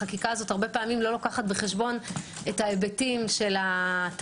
החקיקה הזאת הרבה פעמים לא לוקחת בחשבון את ההיבטים של התהליך,